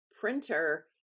printer